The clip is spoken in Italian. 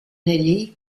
gli